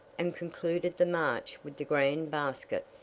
and concluded the march with the grand basket.